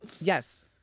Yes